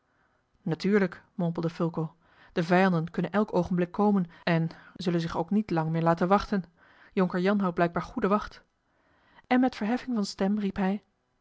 natuurlijk mompelde fulco de vijanden kunnen elk oogenblik komen en zullen zich ook niet lang meer laten wachten jonker jan houdt blijkbaar goede wacht en met verheffing van stem